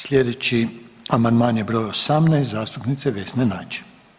Sljedeći amandman je br. 18 zastupnice Vesne Nađ.